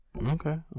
Okay